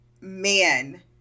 man